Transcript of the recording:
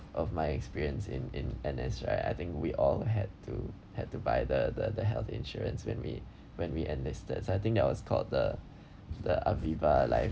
of my experience in in N_S right I think we all had to had to buy the the the health insurance when we when we enlisted I think that was called the the aviva life